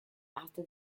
after